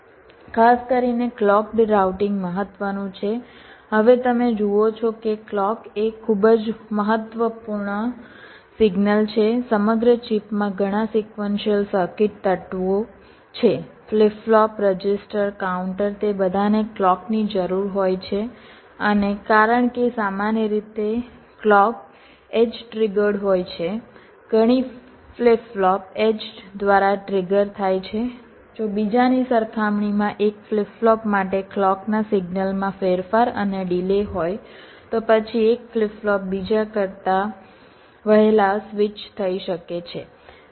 ખાસ કરીને clocked routing મહત્વનું છે હવે તમે જુઓ છો કે ક્લૉક એ ખૂબ જ મહત્વપૂર્ણ સિગ્નલ છે સમગ્ર ચિપમાં ઘણા સિક્વન્સિઅલ સર્કિટ તત્વો છે ફ્લિપ ફ્લોપ રજિસ્ટર કાઉન્ટર તે બધાને ક્લૉકની જરૂર હોય છે અને કારણ કે સામાન્ય રીતે ક્લૉક એડ્જ ટ્રિગર્ડ હોય છે ઘણી ફ્લિપ ફ્લોપ એડ્જ દ્વારા ટ્રિગર થાય છે જો બીજાની સરખામણીમાં એક ફ્લિપ ફ્લોપ માટે ક્લૉકના સિગ્નલમાં ફેરફાર અને ડિલે હોય તો પછી એક ફ્લિપ ફ્લોપ બીજા કરતા વહેલા સ્વિચ થઈ શકે છે